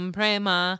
Prema